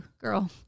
girl